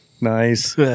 Nice